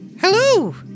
Hello